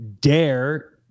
dare